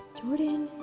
jordan.